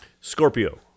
Scorpio